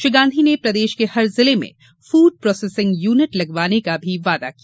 श्री गांधी ने प्रदेश के हर जिले में फूड प्रोसेसिंग यूनिट लगवाने का भी वादा किया